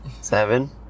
seven